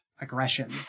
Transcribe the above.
aggression